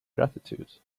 gratitude